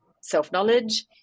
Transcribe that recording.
self-knowledge